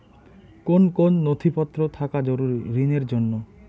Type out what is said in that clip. কোন কোন নথিপত্র থাকা জরুরি ঋণের জন্য?